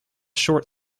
short